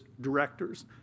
directors